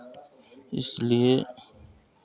इसलिए